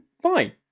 fine